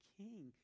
king